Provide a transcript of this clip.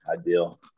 ideal